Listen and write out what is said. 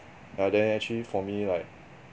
but then actually for me like